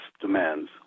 demands